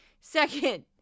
second